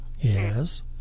Yes